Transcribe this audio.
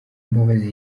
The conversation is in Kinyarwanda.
mbabazi